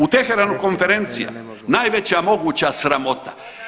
U Teheranu konferencija najveća moguća sramota.